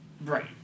Right